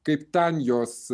kaip ten jos